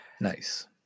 nice